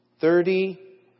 thirty